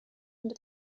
under